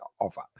offer